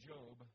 Job